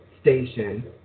station